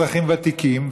אזרחים ותיקים,